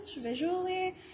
visually